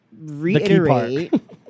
reiterate